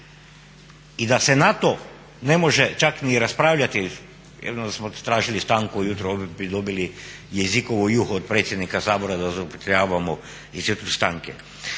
i da se na to ne može čak ni raspravljati, jedino da smo tražili stanku ujutro, opet bi dobili jezikovu juhu od predsjednika Sabora da zloupotrebljavamo institut stanke.